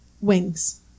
Wings